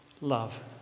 love